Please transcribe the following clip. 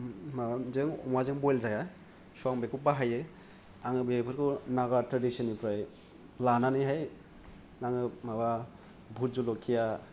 माबाजों अमाजों बइल जाया स' आं बेखौ बाहायो आङो बेफोरखौ नागा ट्रेडिशननिफ्राय लानानैहाय आङो माबा भुद जलखिया